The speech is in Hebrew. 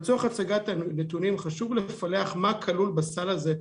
לצורך הצגת הנתונים חשוב לפלח מה כלול בסל הזה,